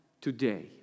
today